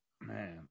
man